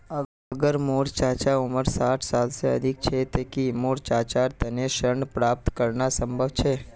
अगर मोर चाचा उम्र साठ साल से अधिक छे ते कि मोर चाचार तने ऋण प्राप्त करना संभव छे?